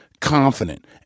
confident